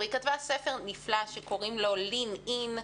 ספר נפלא בשם "Lean In"